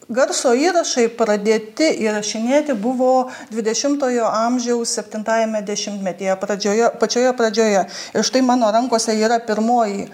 garso įrašai pradėti įrašinėti buvo dvidešimtojo amžiaus septintajame dešimtmetyje pradžioje pačioje pradžioje ir štai mano rankose yra pirmoji